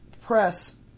press